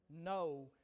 No